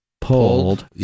pulled